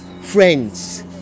friends